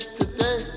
today